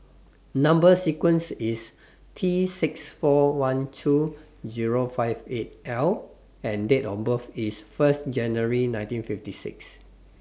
Number sequence IS T six four one two Zero five eight L and Date of birth IS First January nineteen fifty six